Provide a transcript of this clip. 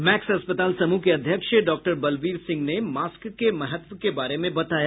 max अस्पताल समूह के अध्यक्ष डॉक्टर बलबीर सिंह ने मास्क के महत्व के बारे में बताया